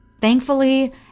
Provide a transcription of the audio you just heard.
Thankfully